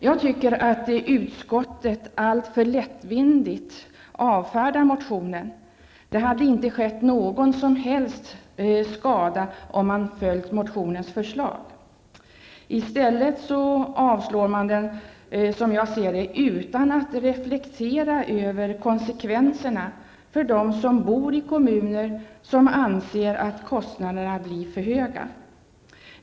Jag tycker att utskottet alltför lättvindigt avfärdar motionen. Det hade inte skett någon som helst skada om man följt motionens förslag. I stället avslår man den, som jag ser det utan att reflektera över konsekvenserna för dem som bor i kommuner som anser att kostnaderna blir för höga.